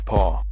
Paul